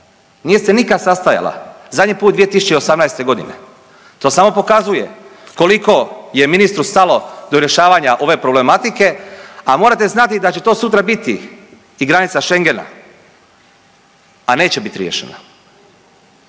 nije se nikad sastajala, zadnji put 2018. godine. To samo pokazuje koliko je ministru stalo do rješavanja ove problematike, a morate znati da će to sutra biti i granica Schengena, a neće biti riješena.